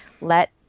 let